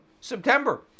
September